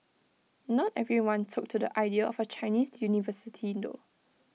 not everyone took to the idea of A Chinese university though